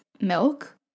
milk